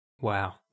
Wow